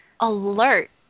alert